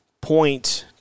point